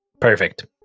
Perfect